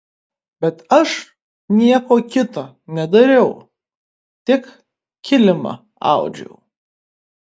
bet aš nieko kito nedariau tik kilimą audžiau